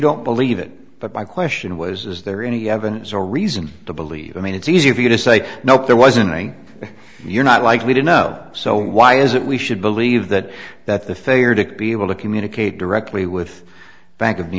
don't believe it but my question was is there any evidence or reason to believe i mean it's easy for you to say nope there wasn't any you're not likely to know so why is it we should believe that that the failure to be able to communicate directly with bank of new